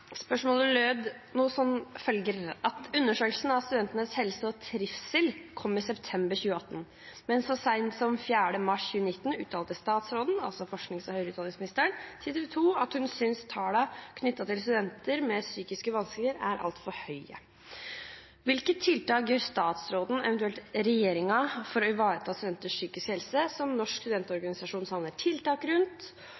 Spørsmålet lyder som følger: «Undersøkelsen av studentenes helse og trivsel kom i september 2018, men så seint som 4. mars 2019 uttalte statsråden til TV 2 at hun synes tallene knyttet til studenter med psykiske vansker er alt for høye. Hvilke tiltak gjør statsråden for å ivareta studentenes psykiske helse, som Norsk